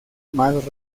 más